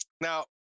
now